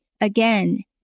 Again